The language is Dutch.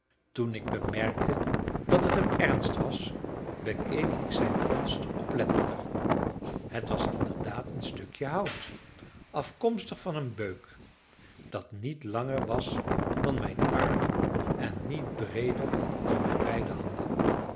toen ik bemerkte dat het hem ernst was bekeek ik zijn vondst oplettender het was inderdaad een stukje hout afkomstig van een beuk dat niet langer was dan mijn arm en niet breeder dan mijn beide handen